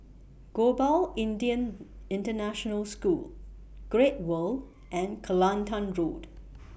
Global Indian International School Great World and Kelantan Road